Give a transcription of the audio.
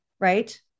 right